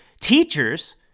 teachers